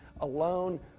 alone